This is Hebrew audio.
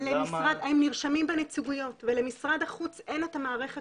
אבל הם נרשמים בנציגויות ולמשרד החוץ אין את המערכת